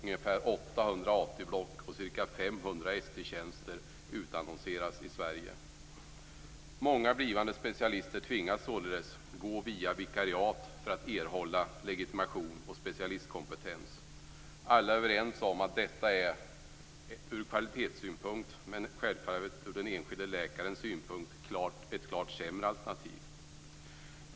I år lär ungefär Sverige. Många blivande specialister tvingas således gå via vikariat för att erhålla legitimation och specialistkompetens. Alla är överens om att detta ur kvalitetssynpunkt och självfallet ur den enskilde läkarens synpunkt är ett klart sämre alternativ.